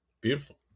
beautiful